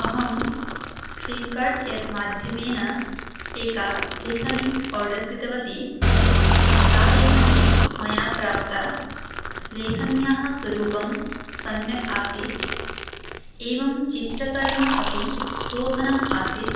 अहं Flipkart app माध्यमेन एकां लेखनीम् आर्डर् कृतवती सा लेखनी मया प्राप्ता लेखन्याः स्वरूपं सम्यक् आसीत् एवं चित्रकर्म अपि शोभनम् आसीत्